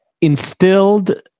instilled